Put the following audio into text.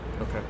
okay